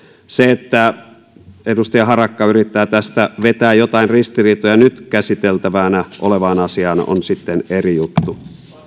se että edustaja harakka yrittää tästä vetää jotain ristiriitoja nyt käsiteltävänä olevaan asiaan on sitten eri juttu